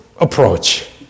approach